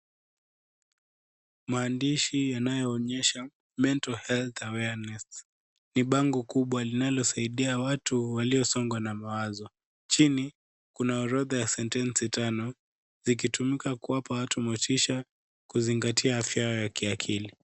Maandishi yanayoonyesha mental health awareness ni bango kubwa linalosaidia watu waliosongwa na mawazo. Chini, kuna orodha ya sentensi tano, zikitumika kuwapa watu motisha, kuzingatia afya ya kiakili.